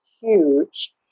huge